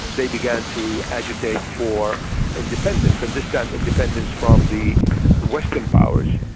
they began to agitate for independence, and this time independence from the western powers,